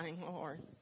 Lord